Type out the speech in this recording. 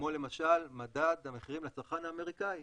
כמו למשל מדד המחירים לצרכן האמריקאי.